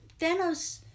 Thanos